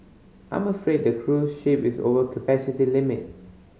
I'm afraid the cruise ship is over capacity limit